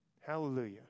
Hallelujah